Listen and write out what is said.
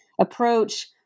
approach